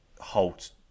halt